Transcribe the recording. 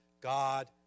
God